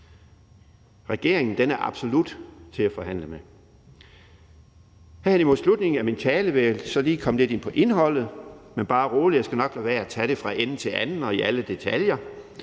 Regeringen er absolut til at forhandle med. Her mod slutningen af min tale vil jeg så lige komme lidt ind på indholdet – men bare rolig, jeg skal nok lade være med at tage det fra ende til anden og i alle detaljer;